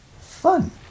fun